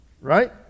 right